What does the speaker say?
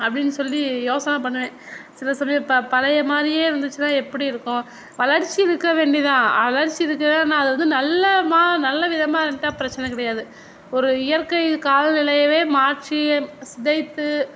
அப்படின்னு சொல்லி யோசனை பண்ணுவேன் சில சமயம் ப பழைய மாதிரியே இருந்துச்சுனால் எப்படி இருக்கும் வளர்ச்சி இருக்க வேண்டியதுதான் வளர்ச்சி இருக்க அது அது நல்லமா நல்ல விதமாக இருந்துட்டால் பிரச்சின கிடையாது ஒரு இயற்கை காலநிலையவே மாற்றி சிதைத்து